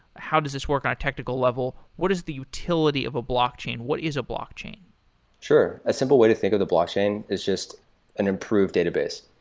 how does this work on a technical level? what is the utility of a blockchain? what is a blockchain? sure. a simple way to think of the blockchain is just an improved database.